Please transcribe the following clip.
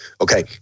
Okay